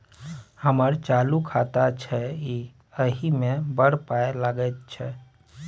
हमर चालू खाता छै इ एहि मे बड़ पाय लगैत छै